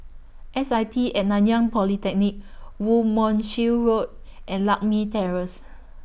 S I T At Nanyang Polytechnic Woo Mon Chew Road and Lakme Terrace